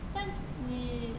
但是你